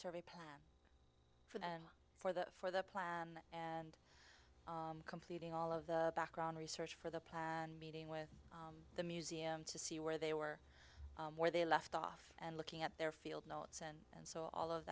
survey plan for them for the for the plan and completing all of the background research for the plan and meeting with the museum to see where they were more they left off and looking at their field notes and so all of